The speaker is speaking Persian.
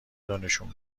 دونشون